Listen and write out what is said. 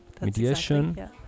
Mediation